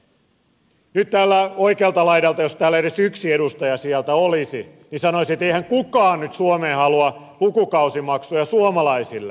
nyt täällä oikealta laidalta jos täällä edes yksi edustaja sieltä olisi sanottaisiin että eihän kukaan nyt suomeen halua lukukausimaksuja suomalaisille